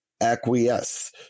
acquiesce